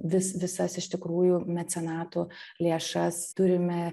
vis visas iš tikrųjų mecenatų lėšas turime